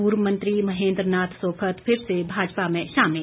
पूर्व मंत्री महेन्द्र नाथ सोफत फिर से भाजपा में शामिल